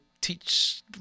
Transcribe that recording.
teach